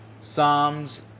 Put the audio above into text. Psalms